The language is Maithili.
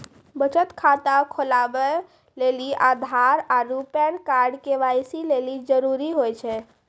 बचत खाता खोलबाबै लेली आधार आरू पैन कार्ड के.वाइ.सी लेली जरूरी होय छै